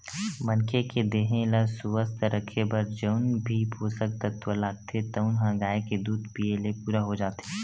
मनखे के देहे ल सुवस्थ राखे बर जउन भी पोसक तत्व लागथे तउन ह गाय के दूद पीए ले पूरा हो जाथे